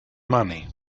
money